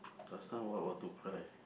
last time what what to cry